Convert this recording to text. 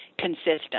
consistent